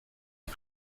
est